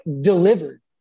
delivered